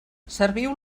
serviu